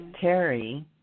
Terry